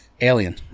Alien